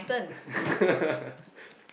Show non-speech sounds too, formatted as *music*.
*laughs*